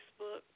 Facebook